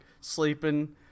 sleeping